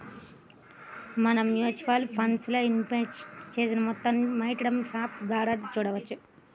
మనం mutual funds లో invest చేసిన మొత్తాలను మైక్యామ్స్ యాప్ ద్వారా చూడవచ్చు